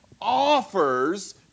offers